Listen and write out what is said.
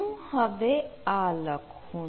હું હવે આ લખું છું